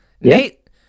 Nate